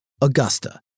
Augusta